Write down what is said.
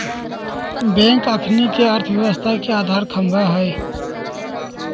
bank अखनिके अर्थव्यवस्था के अधार ख़म्हा हइ